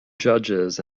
judges